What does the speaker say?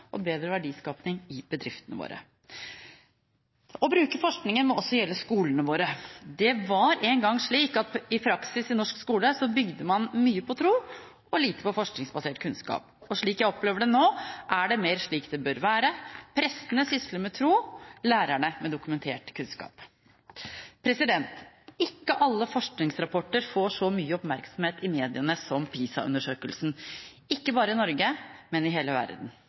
og bedre verdiskapning i bedriftene våre. Å bruke forskningen må også gjelde skolene våre. Det var en gang slik at i praksis i norsk skole, bygde man mye på tro og lite på forskningsbasert kunnskap. Slik jeg opplever det nå, er det mer slik det bør være – prestene sysler med tro, lærerne med dokumentert kunnskap. Ikke alle forskningsrapporter får så mye oppmerksomhet i mediene som PISA-undersøkelsen – ikke bare i Norge, men i hele verden.